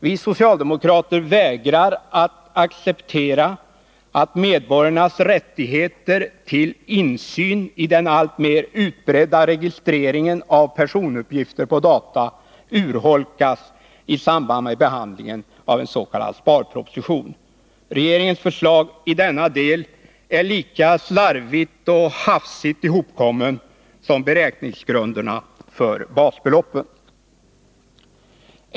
Vi socialdemokrater vägrar att acceptera att medborgarnas rättigheter till insyn i den alltmer utbredda registreringen av personuppgifter på data urholkas i samband med behandlingen av en s.k. sparproposition. Regeringens förslag i denna del är lika slarvigt och hafsigt hopkommet som beräkningsgrunderna för basbeloppen.